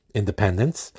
independence